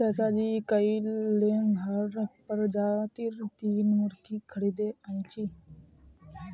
चाचाजी कइल लेगहॉर्न प्रजातीर तीन मुर्गि खरीदे आनिल छ